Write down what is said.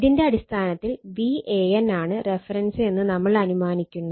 ഇതിന്റെ അടിസ്ഥാനത്തിൽ Van ആണ് റഫറൻസ് എന്ന് നമ്മൾ അനുമാനിക്കുന്നു